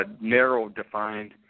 narrow-defined